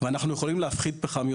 ואנחנו יכולים להפחית יותר פחם,